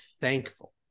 thankful